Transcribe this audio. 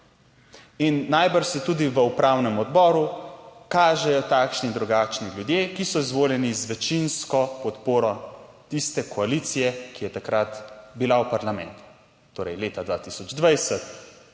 In najbrž se tudi v upravnem odboru kažejo takšni in drugačni ljudje, ki so izvoljeni z večinsko podporo tiste koalicije, ki je takrat bila v parlamentu, torej leta 2020